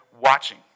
watching